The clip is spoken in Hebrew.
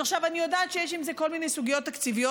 אני יודעת שיש עם זה כל מיני סוגיות תקציביות.